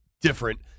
different